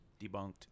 Debunked